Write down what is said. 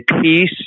peace